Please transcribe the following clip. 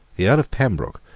the earl of pembroke,